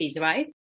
right